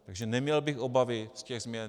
Takže neměl bych obavy z těch změn.